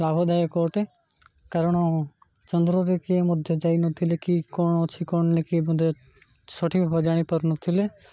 ଲାଭଦାୟକ ଅଟେ କାରଣ ଚନ୍ଦ୍ରରେ କିଏ ମଧ୍ୟ ଯାଇନଥିଲେ କି କ'ଣ ଅଛି କ'ଣ ନାଇଁ କିଏ ମଧ୍ୟ ସଠିକ୍ ଭାବେ ଜାଣି ପାରୁ ନ ଥିଲେ